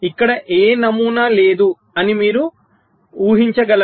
ఇక్కడ ఏ నమూనా లేదు అని మీరు ఊహించగలరా